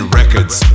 records